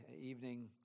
evening